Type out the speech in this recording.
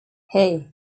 hey